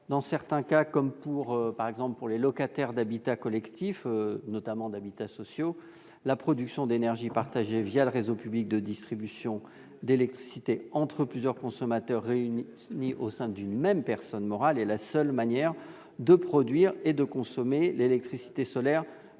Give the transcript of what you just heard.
Dans certains cas, comme celui des locataires d'habitats collectifs, notamment sociaux, la production d'énergie partagée le réseau public de distribution d'électricité entre plusieurs consommateurs réunis au sein d'une personne morale est la seule manière de produire et de consommer l'électricité solaire